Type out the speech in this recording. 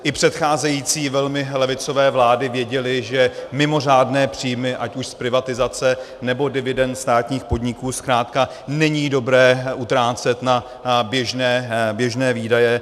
I předcházející velmi levicové vlády věděly, že mimořádné příjmy, ať už z privatizace, nebo dividend státních podniků, zkrátka není dobré utrácet na běžné výdaje.